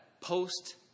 post